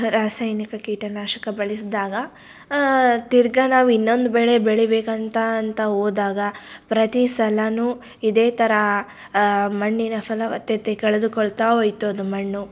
ರಾಸಾಯನಿಕ ಕೀಟನಾಶಕ ಬಳಸ್ದಾಗ ತಿರ್ಗಿ ನಾವು ಇನ್ನೊಂದು ಬೆಳೆ ಬೆಳೀಬೇಕಂತ ಅಂತ ಹೋದಾಗ ಪ್ರತಿ ಸಲವೂ ಇದೇ ಥರ ಮಣ್ಣಿನ ಫಲವತ್ತತೆ ಕಳೆದುಕೊಳ್ತಾ ಹೋಯ್ತು ಅದು ಮಣ್ಣು